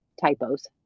typos